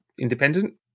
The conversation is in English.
independent